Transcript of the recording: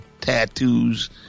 Tattoos